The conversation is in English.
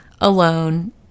alone